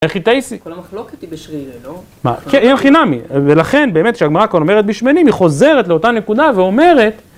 הייכי תעשי כל המחלוקת היא בשרירא, לא? מה? כן, אין הכי נמי, ולכן באמת שהגמרא כאן אומרת בשמנים, היא חוזרת לאותה נקודה ואומרת...